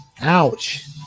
Ouch